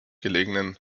gelegenen